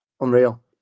Unreal